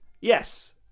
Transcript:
Yes